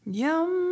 yum